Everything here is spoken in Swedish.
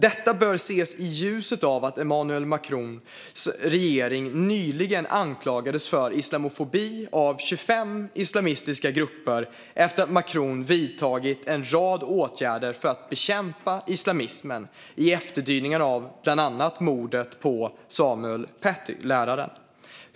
Detta bör ses i ljuset av att Emmanuel Macrons regering nyligen anklagades för islamofobi av 25 islamistiska grupper sedan han vidtagit en rad åtgärder för att bekämpa islamismen i efterdyningarna av bland annat mordet på läraren Samuel Paty.